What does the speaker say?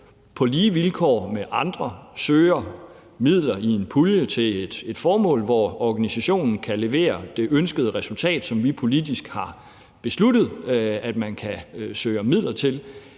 på lige vilkår med andre søgte om midler i en pulje til et formål, hvor organisationen skal kunne levere det ønskede resultat, som vi politisk har besluttet at man kan søge om midler til